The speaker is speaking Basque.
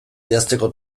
idazteko